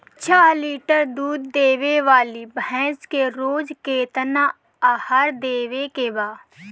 छह लीटर दूध देवे वाली भैंस के रोज केतना आहार देवे के बा?